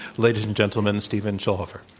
ladies and gentlemen stephen schulhofer.